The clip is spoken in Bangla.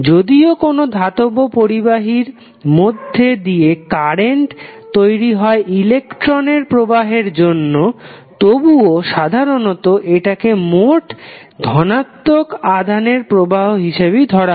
যদিও কোনো ধাতব পরিবাহির মধ্যে দিয়ে কারেন্ট তৈরি হয় ইলেকট্রন এর প্রবাহের জন্য তবুও সাধারণত এটাকে মোট ধনাত্মক আধানের প্রবাহ হিসাবেই ধরা হয়